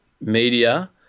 media